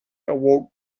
awoke